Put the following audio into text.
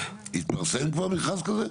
התפרסם כבר מכרז כזה?